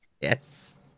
Yes